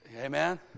Amen